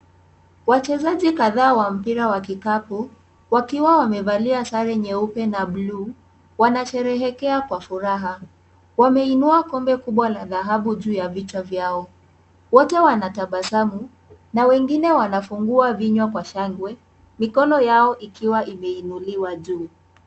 Wachezaji kadhaa wa mpira wa kikapu, wakiwa wamevalia sare nyeupe na bluu, wanasherehekea kwa furaha. Wameinua kombe kubwa la dhahabu juu ya vichwa vyao. Wote wanatabasamu na wengine wanafungua vinywa kwa shangwe, mikono yao ikiwa imeinuliwa juu.